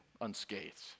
unscathed